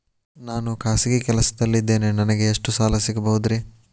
ನಾನು ಖಾಸಗಿ ಕೆಲಸದಲ್ಲಿದ್ದೇನೆ ನನಗೆ ಎಷ್ಟು ಸಾಲ ಸಿಗಬಹುದ್ರಿ?